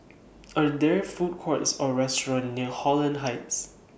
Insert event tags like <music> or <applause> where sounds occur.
<noise> Are There Food Courts Or restaurants near Holland Heights